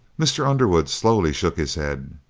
mr. underwood slowly shook his head.